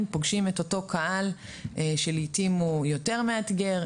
פוגשים את אותו קהל שלעתים הוא יותר מאתגר,